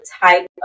type